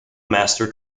master